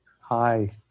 Hi